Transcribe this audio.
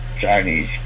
Chinese